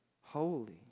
holy